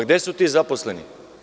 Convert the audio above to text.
Gde su ti zaposleni?